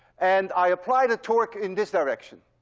and i applied torque in this direction,